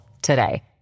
today